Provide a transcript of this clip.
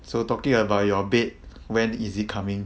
so talking about your bed when is it coming